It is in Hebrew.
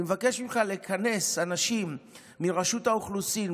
אני מבקש ממך לכנס אנשים מרשות האוכלוסין,